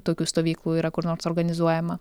tokių stovyklų yra kur nors organizuojama